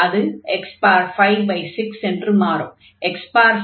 அது x56 என்று மாறும்